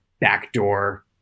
backdoor